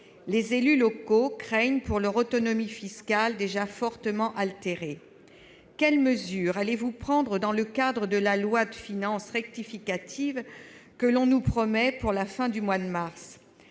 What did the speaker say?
Les élus locaux craignent pour leur autonomie fiscale, déjà fortement altérée. Quelles mesures allez-vous prendre dans le cadre de la loi de finances rectificative que l'on nous promet pour la fin du mois de mars ?